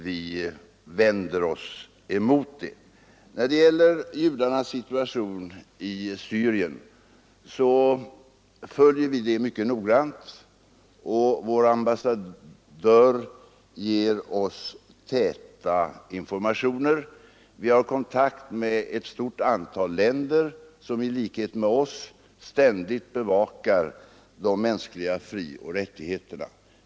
Vi vänder oss mot sådan diskriminering. Vi följer judarnas situation i Syrien mycket noggrant, och vår ambassadör ger oss täta informationer. Vi har kontakt med ett stort antal länder som i likhet med Sverige ständigt bevakar de mänskliga frioch rättigheterna.